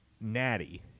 Natty